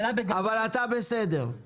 אבל אתה בסדר.